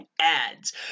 ads